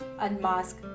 Unmask